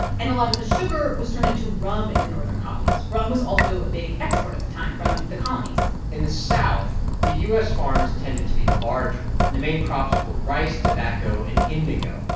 and a lot of the sugar was turned into rum in the northern colonies. rum was also a big export at the time from the colonies in the south, the u s. farms tended to be larger. the main crops were rice, tobacco and indigo.